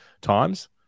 times